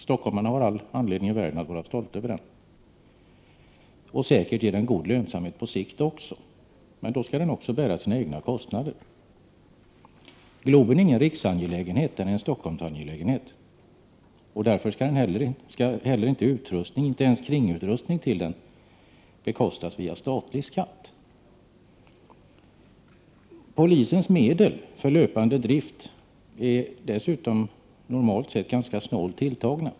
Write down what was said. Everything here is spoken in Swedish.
Stockholmarna har all anledning i världen att vara stolta över den, och säkert ger den god lönsamhet på sikt. Men då skall den också bära sina egna kostnader. Globen är ingen riksangelägenhet. Den är en Stockholmsangelägenhet, och därför skall inte heller utrustning, inte ens kringutrustning, till den bekostas via statlig skatt. Polisens medel för löpande drift är dessutom normalt sett ganska snålt tilltagna.